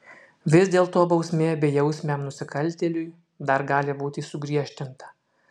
vis dėlto bausmė bejausmiam nusikaltėliui dar gali būti sugriežtinta